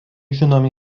žinomi